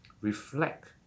reflect